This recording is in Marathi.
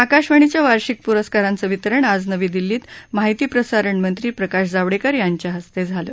आकाशवाणीच्या वार्षिक प्रस्कारांचं वितरण आज नवी दिल्लीत माहिती प्रसारण मंत्री प्रकाश जावडेकर यांच्या हस्ते आज झालं